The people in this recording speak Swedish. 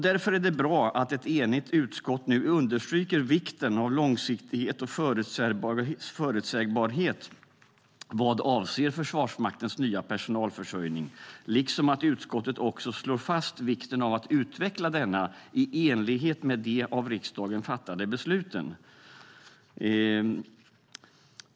Därför är det bra att ett enigt utskott understryker vikten av långsiktighet och förutsägbarhet vad avser Försvarsmaktens nya personalförsörjning, liksom att utskottet slår fast vikten av att utveckla denna i enlighet med de av riksdagen fattade besluten.